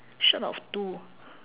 short of two